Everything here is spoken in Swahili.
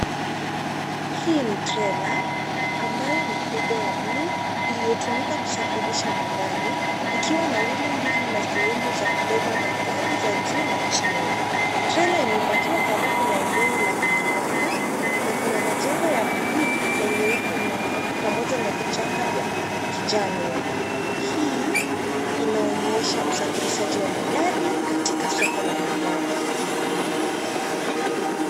Hii ni trela ambayo ni kubwa ya bluu iliyotumika kusafirisha magari ikiwa na wheel mbili na sehemu za kubeba magari za juu na chini. Trela imepakiwa karibu na eneo la viwanda na kuna majengo ya bluu na nyeupe nyuma pamoja na vichaka vya kijani. Hii inaonyesha usafirishaji wa magari katika soko la magari.